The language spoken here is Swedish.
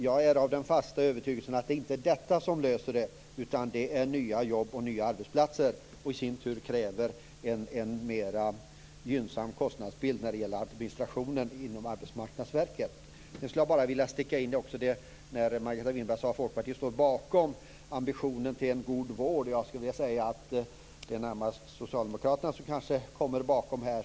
Jag är av den fasta övertygelsen att det inte är detta som löser problemet, utan nya jobb och nya arbetsplatser som i sin tur kräver en mer gynnsam kostnadsbild när det gäller administrationen inom Margareta Winberg sade att Folkpartiet står bakom ambitionen om en god vård. Jag skulle vilja säga att det kanske närmast är Socialdemokraterna som kommer bakom.